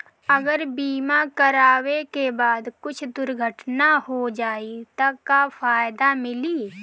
अगर बीमा करावे के बाद कुछ दुर्घटना हो जाई त का फायदा मिली?